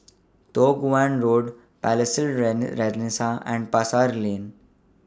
Toh Guan Road Palais Renaissance and Pasar Lane